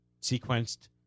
sequenced